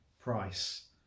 price